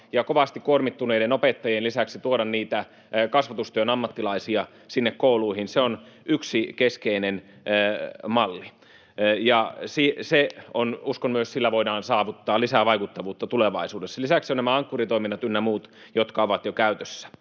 ja kovasti kuormittuneiden opettajien lisäksi tuoda kasvatustyön ammattilaisia kouluihin. Se on yksi keskeinen malli, ja uskon myös, että sillä voidaan saavuttaa lisää vaikuttavuutta tulevaisuudessa. Lisäksi ovat nämä Ankkuri-toiminnat ynnä muut, jotka ovat jo käytössä.